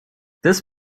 this